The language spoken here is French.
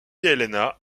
helena